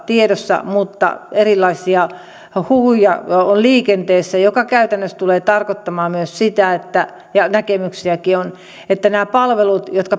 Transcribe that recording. tiedossa mutta erilaisia huhuja on liikenteessä että se käytännössä tulee tarkoittamaan myös sitä ja näkemyksiäkin on siitä että kun nämä palvelut